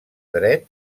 dret